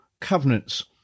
covenants